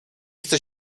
chce